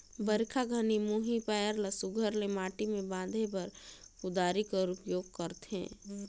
बरिखा घनी मुही पाएर ल सुग्घर ले माटी मे बांधे बर कुदारी कर उपियोग करथे